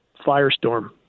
firestorm